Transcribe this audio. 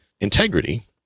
integrity